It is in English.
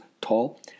tall